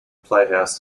playhouse